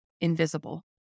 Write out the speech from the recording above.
invisible